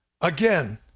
again